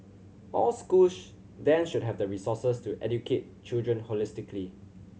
all schools then should have the resources to educate children holistically